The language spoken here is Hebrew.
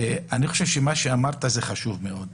אני חושב שמה שאמרת חשוב מאוד,